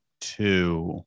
two